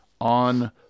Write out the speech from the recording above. on